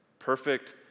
perfect